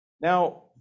Now